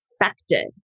expected